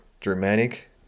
Germanic